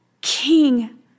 King